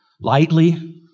lightly